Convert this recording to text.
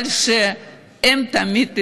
שהם תמיד ידעו: